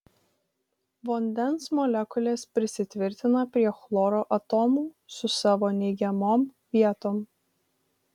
vandens molekulės prisitvirtina prie chloro atomų su savo neigiamom vietom